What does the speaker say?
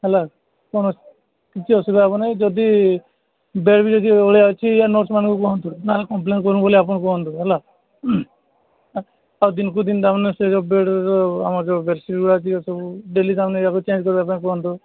ହେଲା କ'ଣ କିଛି ଅସୁବିଧା ହେବନାହିଁ ଯଦି ବେଳେ ବେଳେ କି ଅଳିଆ ଅଛି ଆ ନର୍ସମାନଙ୍କୁ କୁହନ୍ତୁ ନାଁରେ କମ୍ପ୍ଲେନ୍ କରିବୁ ବୋଲି ଆପଣ କୁହନ୍ତୁ ହେଲା ଆଉ ଦିନକୁ ଦିନ ତାମାନେ ସେ ଯୋଉ ବେଡ୍ର ଆମର ଯୋଉ ବେଡସିଟ୍ ଗୁଡ଼ା ଯେତିକ ସବୁ ଡେଲି ତାମାନେ ଏହାକୁ ଚେଞ୍ଜ କରିବା ପାଇଁ କୁହନ୍ତୁ